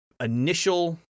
initial